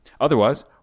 Otherwise